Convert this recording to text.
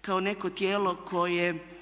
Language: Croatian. kao neko tijelo koje